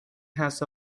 has